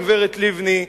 הגברת לבני,